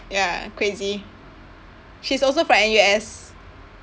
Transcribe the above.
ya crazy she's also from N_U_S